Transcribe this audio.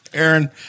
Aaron